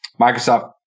Microsoft